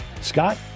Scott